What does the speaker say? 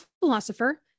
philosopher